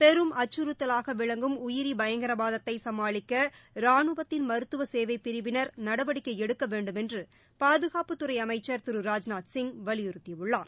பெரும் அச்சுறுத்தலாக விளங்கும் உயிரி பயங்கரவாதத்தை சமாளிக்க ராணுவத்தின் மருத்துவ சேவைப் பிரிவினர் நடவடிக்கை எடுக்க வேண்டுமென்று பாதுகாப்புத்துறை அமைச்சர் திரு ராஜ்நாத்சிங் வலியுறுத்தியுள்ளார்